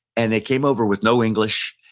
and they came over with no english,